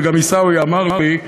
וגם עיסאווי אמר לי,